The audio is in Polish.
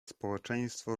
społeczeństwo